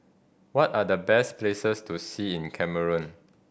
what are the best places to see in Cameroon